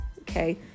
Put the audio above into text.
okay